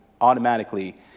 automatically